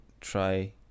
try